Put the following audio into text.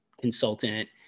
consultant